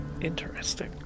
Interesting